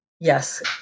Yes